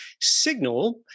signal